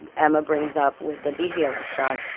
and emma brings up with the birria restaurant.